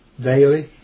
daily